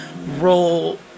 roll